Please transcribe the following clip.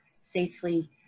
safely